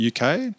UK